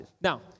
Now